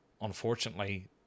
unfortunately